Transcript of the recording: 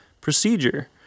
procedure